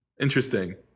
Interesting